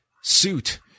suit